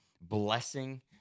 blessing